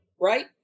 right